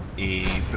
a